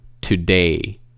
today